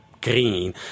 green